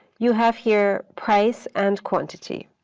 you have here price and quantity.